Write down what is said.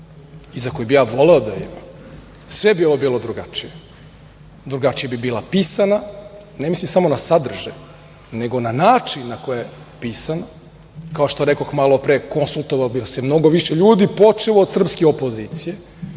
i za koji bih ja voleo da ima, sve bi ovo bilo drugačije, drugačije bi bila pisana, ne mislim samo na sadržaj, nego na način na koji je pisana, kao što rekoh malopre, konsultovalo bi se mnogo više ljudi, počev od srpske opozicije,